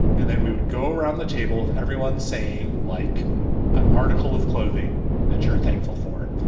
and then we would go round the table with everyone saying like an article of clothing that you're thankful for.